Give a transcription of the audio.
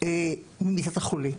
ממיטת החולה.